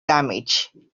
damaged